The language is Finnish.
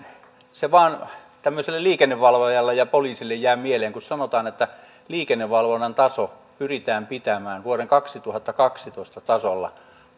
se vain tämmöiselle liikennevalvojalle ja poliisille jää mieleen kun sanotaan että liikennevalvonnan taso pyritään pitämään vuoden kaksituhattakaksitoista tasolla